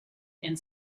and